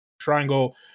triangle